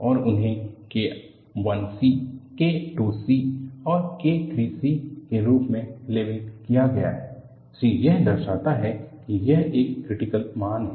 और उन्हें K I c K II c और K III c के रूप में लेबल किया गया है c यह दर्शाता है कि यह एक क्रिटिकल मान है